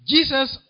Jesus